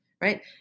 right